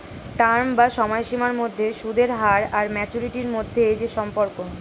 term বা সময়সীমার মধ্যে সুদের হার আর ম্যাচুরিটি মধ্যে যে সম্পর্ক